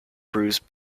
brews